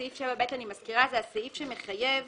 סעיף 7(ב), אני מזכירה, זה הסעיף שמחייב